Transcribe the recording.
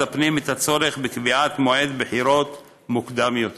הפנים את הצורך בקביעת מועד בחירות מוקדם יותר.